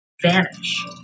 vanish